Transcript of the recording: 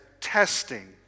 testing